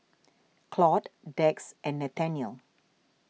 Claud Dax and Nathanial